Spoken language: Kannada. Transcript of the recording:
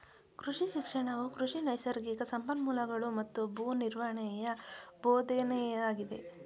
ಕೃಷಿ ಶಿಕ್ಷಣವು ಕೃಷಿ ನೈಸರ್ಗಿಕ ಸಂಪನ್ಮೂಲಗಳೂ ಮತ್ತು ಭೂ ನಿರ್ವಹಣೆಯ ಬೋಧನೆಯಾಗಿದೆ